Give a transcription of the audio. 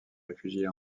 réfugier